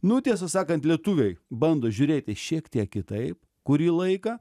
nu tiesą sakant lietuviai bando žiūrėti šiek tiek kitaip kurį laiką